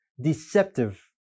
deceptive